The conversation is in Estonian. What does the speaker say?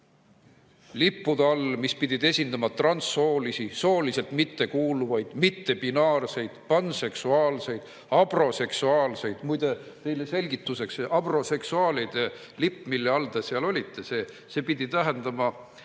lippude all, mis pidid esindama transsoolisi, sooliselt mittekuuluvaid, mittebinaarseid, panseksuaalseid, abroseksuaalseid. Muide, teile selgituseks, abroseksuaalide lipp, mille all te seal olite, see pidi tähendama